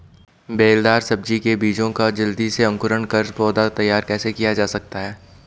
बेलदार सब्जी के बीजों का जल्दी से अंकुरण कर पौधा तैयार कैसे किया जा सकता है?